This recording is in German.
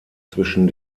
zwischen